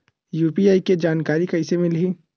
UPI के जानकारी कइसे मिलही?